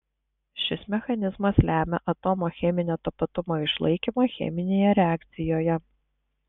šis mechanizmas lemia atomo cheminio tapatumo išlaikymą cheminėje reakcijoje